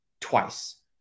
twice